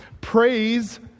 praise